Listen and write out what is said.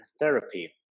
Therapy